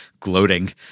gloating